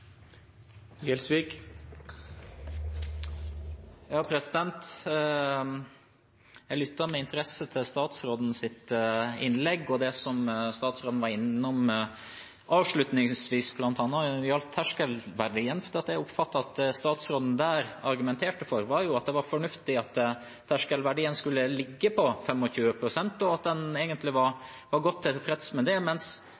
Jeg lyttet med interesse til statsrådens innlegg. Det som statsråden var innom avslutningsvis bl.a., gjaldt terskelverdien. Jeg oppfattet at statsråden argumenterte for at det var fornuftig at terskelverdien skulle ligge på 25 pst., og at en var godt tilfreds med det, mens